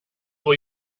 what